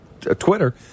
Twitter